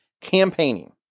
campaigning